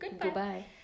Goodbye